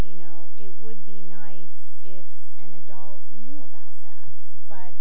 you know it would be nice if an adult knew about